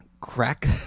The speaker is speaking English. crack